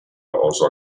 außer